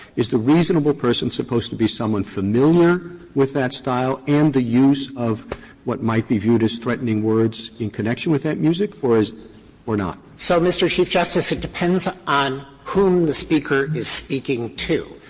is the reasonable person supposed to be someone familiar with that style and the use of what might be viewed as threatening words in connection with that music or is or not? dreeben so, mr. chief justice, it depends on whom the speaker is speaking to.